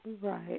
right